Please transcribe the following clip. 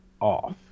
off